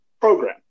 program